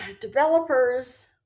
Developers